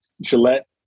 Gillette